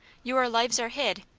your lives are hid,